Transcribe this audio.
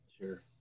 Sure